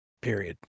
Period